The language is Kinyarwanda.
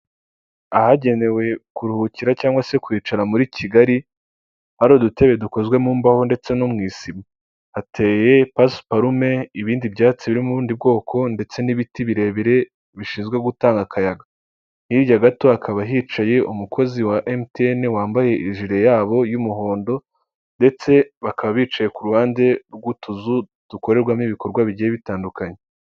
Ahagenewe kuruhukira cyangwa se kwicara muri Kigali ari udutebe dukozwe mu mbaho ndetse no mu isima, hateye pasiparume ibindi byatsi birimo ubundi bwoko ndetse n'ibiti birebire bishinzwe gutanga akayaga hirya gato hakaba hicaye umukozi wa emutiyene wambaye ijire yabo y'umuhondo ndetse bakaba bicaye ku ruhande rw'utuzu dukorerwamo ibikorwa bigiye bitandukanye.